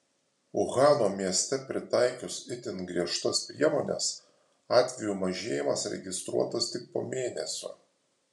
uhano mieste pritaikius itin griežtas priemones atvejų mažėjimas registruotas tik po mėnesio